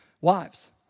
Wives